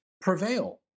prevail